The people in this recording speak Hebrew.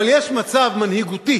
אבל יש מצב מנהיגותי